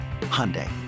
Hyundai